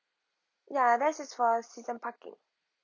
ya that's is for season parking